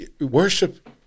worship